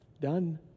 Done